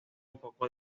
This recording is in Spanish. poco